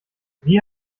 wie